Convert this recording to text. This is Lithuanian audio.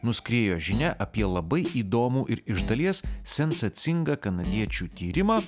nuskriejo žinia apie labai įdomų ir iš dalies sensacingą kanadiečių tyrimą